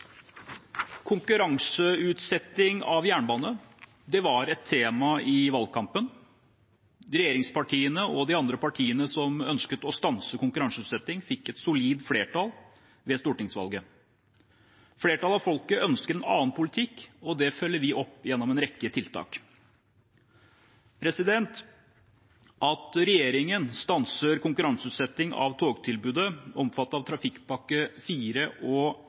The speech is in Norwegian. Konkurranseutsetting av jernbane var et tema i valgkampen. Regjeringspartiene og de andre partiene som ønsket å stanse konkurranseutsetting, fikk et solid flertall ved stortingsvalget. Flertallet av folket ønsket en annen politikk, og det følger vi opp gjennom en rekke tiltak. At regjeringen stanser konkurranseutsetting av togtilbudet omfattet av trafikkpakke 4 og